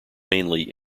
mainly